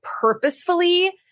purposefully